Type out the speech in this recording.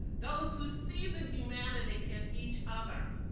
those who see the humanity in each other.